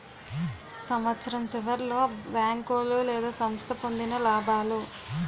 సంవత్సరం సివర్లో బేంకోలు లేదా సంస్థ పొందిన లాబాలు